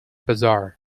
bazaar